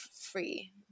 free